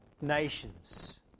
nations